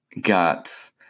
got